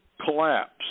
collapse